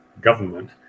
government